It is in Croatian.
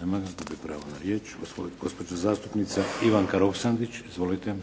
Nema ga. Gubi pravo na riječ. Gospođa zastupnica Ivanka Roksandić. Izvolite.